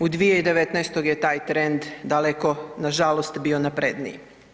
U 2019. je taj trend daleko nažalost bio napredniji.